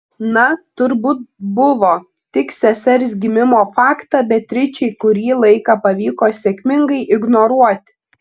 na turbūt buvo tik sesers gimimo faktą beatričei kurį laiką pavyko sėkmingai ignoruoti